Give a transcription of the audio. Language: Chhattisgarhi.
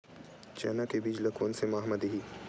चना के बीज ल कोन से माह म दीही?